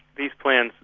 these plans,